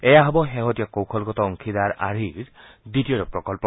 এয়া হব শেহতীয়া কৌশলগত অংশীদাৰ আৰ্হিৰ দ্বিতীয়টো প্ৰকল্প